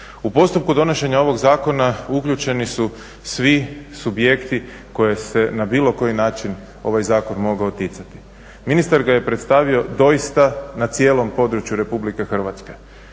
U postupku donošenja ovog zakona uključeni su svi subjekti koje se na bilo koji način ovaj zakon mogao ticati. Ministar ga je predstavio doista na cijelom području Republike Hrvatske.